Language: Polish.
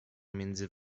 między